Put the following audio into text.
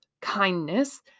kindness